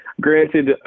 Granted